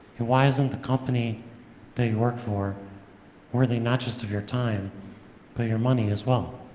why isn't the company that you work for worthy not just of your time but your money as well?